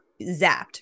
zapped